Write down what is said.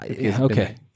okay